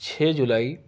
چھ جولائی